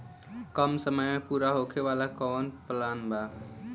कम समय में पूरा होखे वाला कवन प्लान बा?